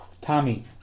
Tommy